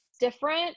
different